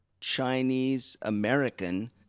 Chinese-American